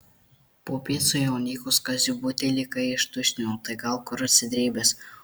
popiet su jonykos kaziu butelį kai ištuštino tai gal kur atsidrėbęs